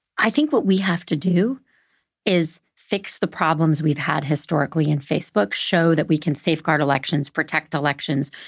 i think what we have to do is fix the problems we've had historically in facebook, show that we can safeguard elections, protect elections,